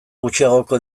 gutxiagoko